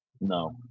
No